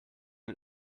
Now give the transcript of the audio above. den